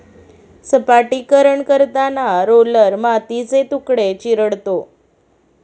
सपाटीकरण करताना रोलर मातीचे तुकडे चिरडतो